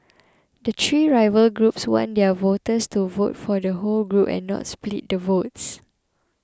the three rival groups want their voters to vote for the whole group and not split the votes